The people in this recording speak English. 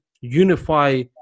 unify